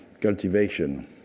cultivation